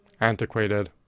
antiquated